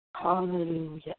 Hallelujah